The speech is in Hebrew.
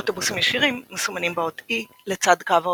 אוטובוסים ישירים מסומנים באות E לצד קו האוטובוס.